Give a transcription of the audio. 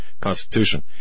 Constitution